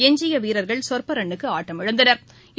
எஞ்சிய வீரா்கள் சொற்ப ரன்னுக்கு ஆட்டமிழந்தனா்